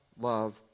love